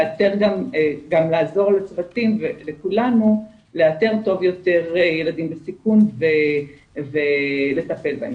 גם לעזור לצוותים ולכולנו לאתר טוב יותר ילדים בסיכון ולטפל בהם.